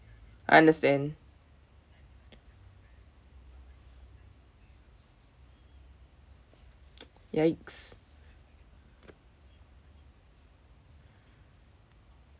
I understand yikes